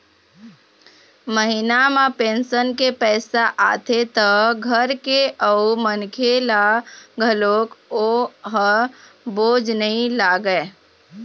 महिना म पेंशन के पइसा आथे त घर के अउ मनखे ल घलोक ओ ह बोझ नइ लागय